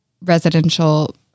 residential